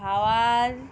হাওয়ার